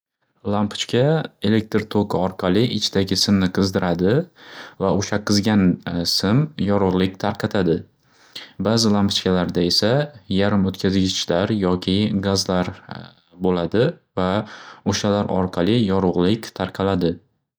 Lampichka elektr toki orqali ichidagi simni qizdiradi va o'sha qizigan sim yorug'lik tarqatadi. Ba'zi lampichkalarda esa yarim o'tkazgichlar yoki gazlar bo'ladi va o'shalar orqali yorug'lik tarqaladi.